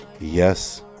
Yes